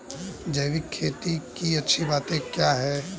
जैविक खेती की अच्छी बातें क्या हैं?